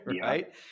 Right